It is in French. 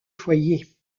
foyer